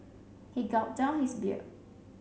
he gulped down his beer